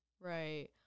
Right